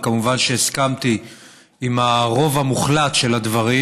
וכמובן הסכמתי עם הרוב המוחלט של הדברים.